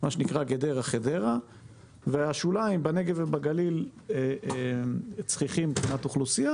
מה שנקרא גדרה-חדרה והשוליים בנגב ובגליל צחיחים מבחינת אוכלוסייה,